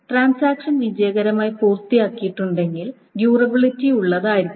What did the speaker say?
transaction വിജയകരമായി പൂർത്തിയാക്കുകയാണെങ്കിൽ അത് ഡ്യൂറബിലിറ്റിയുള്ളതായിരിക്കണം